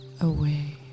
away